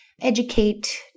educate